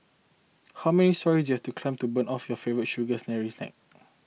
how many storeys you've to climb to burn off your favourite sugary